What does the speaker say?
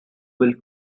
will